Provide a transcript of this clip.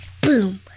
boom